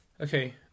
okay